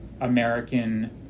American